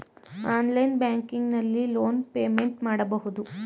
online banking ನಲ್ಲಿ loan payment ಮಾಡಬಹುದು